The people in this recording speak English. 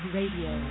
Radio